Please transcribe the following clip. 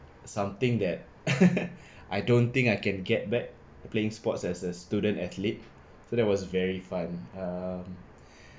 something that I don't think I can get back playing sports as a student athlete so that was very fun um